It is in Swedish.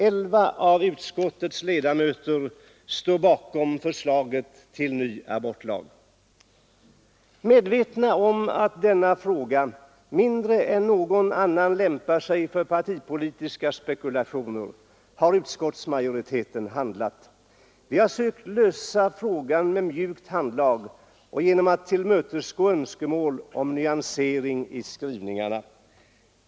11 av utskottets 15 ledamöter står bakom förslaget till ny abortlag. Medveten om att denna fråga mindre än någon annan lämpar sig för partipolitiska spekulationer har utskottsmajoriteten handlat. Vi har sökt lösa frågan med mjukt handlag och genom att tillmötesgå önskemål om nyansering i skrivningarna.